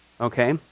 okay